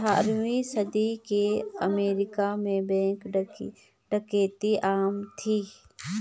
अठारहवीं सदी के अमेरिका में बैंक डकैती आम थी